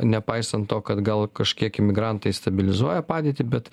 nepaisant to kad gal kažkiek imigrantai stabilizuoja padėtį bet